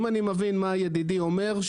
אם אני מבין מה ידידי אומר,